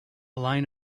line